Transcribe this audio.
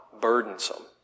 burdensome